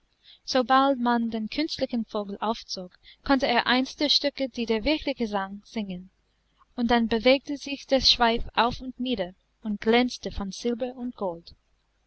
sobald man den künstlichen vogel aufzog konnte er eins der stücke die der wirkliche sang singen und dann bewegte sich der schweif auf und nieder und glänzte von silber und gold